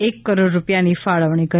એક કરોડ રૂપિયાની ફાળવણી કરી